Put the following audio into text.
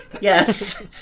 Yes